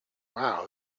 wow